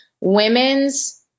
women's